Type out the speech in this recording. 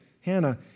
Hannah